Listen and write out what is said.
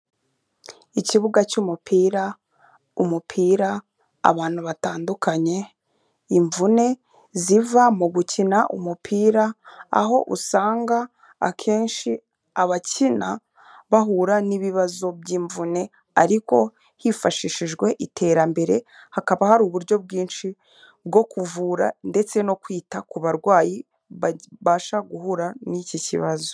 Ikibuga cy'umupira, umupira abantu batandukanye imvune ziva mu gukina umupira aho usanga akenshi abakina bahura n'ibibazo by'imvune ariko hifashishijwe iterambere hakaba hari uburyo bwinshi bwo kuvura ndetse no kwita ku barwayi babasha guhura n'iki kibazo.